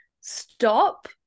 stop